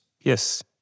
Yes